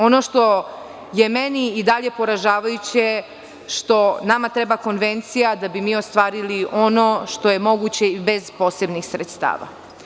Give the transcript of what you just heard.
Ono što je meni i dalje poražavajuće je što nama treba konvencija da bi mi ostvarili ono što je moguće i bez posebnih sredstava.